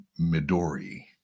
Midori